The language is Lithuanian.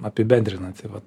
apibendrinanti vat